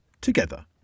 together